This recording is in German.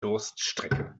durststrecke